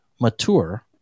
mature